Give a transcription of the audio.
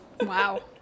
Wow